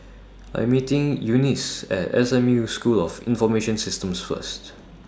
I Am meeting Eunice At S M U School of Information Systems First